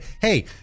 hey